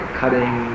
cutting